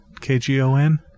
K-G-O-N